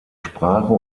sprache